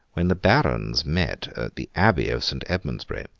when the barons met at the abbey of saint edmund's-bury,